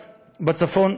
ובצפון,